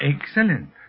Excellent